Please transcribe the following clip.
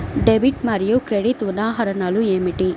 Debit మరియు credit ఉదాహరణలు ఏమిటీ?